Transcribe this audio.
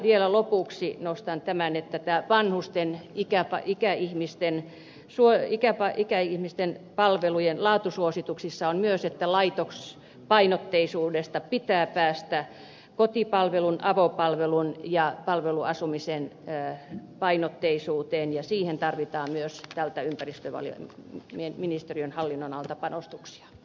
vielä lopuksi nostan esille sen että vanhusten ikäihmisten palvelujen laatusuosituksissa on myös että laitospainotteisuudesta pitää päästä kotipalvelun avopalvelun ja palveluasumisen painotteisuuteen ja siihen tarvitaan myös ympäristöministeriön hallinnonalalta panostuksia